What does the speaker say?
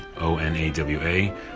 O-N-A-W-A